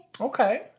Okay